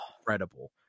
incredible